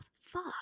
fuck